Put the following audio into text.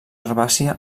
herbàcia